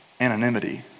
anonymity